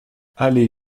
allée